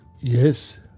Yes